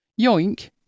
Yoink